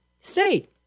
state